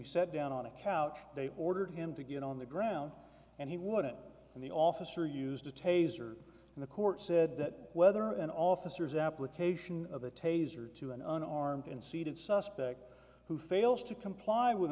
he said down on a couch they ordered him to get on the ground and he wouldn't and the officer used a taser and the court said that whether an officer's application of a taser to an unarmed and seated suspect who fails to comply with